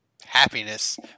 happiness